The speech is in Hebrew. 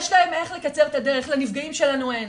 יש להם איך לקצר את הדרך, לנפגעים שלנו אין.